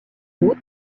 aout